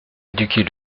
éduquer